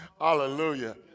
Hallelujah